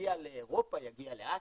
ויגיע לאירופה, יגיע לאסיה.